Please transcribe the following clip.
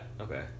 Okay